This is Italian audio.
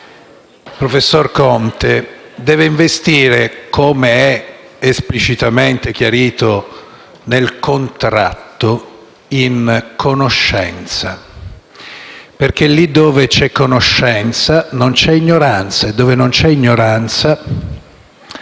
professor Conte, deve investire - com'è esplicitamente chiarito nel contratto - in conoscenza, perché lì dove c'è conoscenza non c'è ignoranza e dove non c'è ignoranza